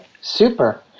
super